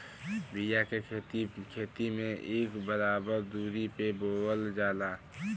बिया के खेती में इक बराबर दुरी पे बोवल जाला